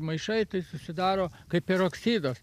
maišai tai susidaro kai peroksidas